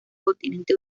continente